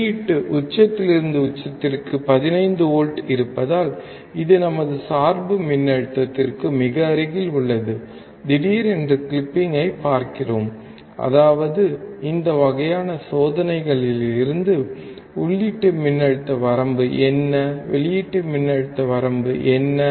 வெளியீட்டு உச்சத்திலிருந்து உச்சத்திற்கு 15 வோல்ட் இருப்பதால் இது நமது சார்பு மின்னழுத்தத்திற்கு மிக அருகில் உள்ளது திடீரென்று கிளிப்பிங்கைப் பார்க்கிறோம் அதாவது இந்த வகையான சோதனைகளிலிருந்து உள்ளீட்டு மின்னழுத்த வரம்பு என்ன வெளியீட்டு மின்னழுத்த வரம்பு என்ன